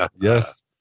Yes